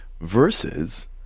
versus